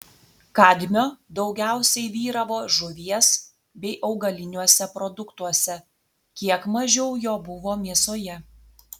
kadmio daugiausiai vyravo žuvies bei augaliniuose produktuose kiek mažiau jo buvo mėsoje